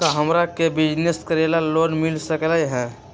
का हमरा के बिजनेस करेला लोन मिल सकलई ह?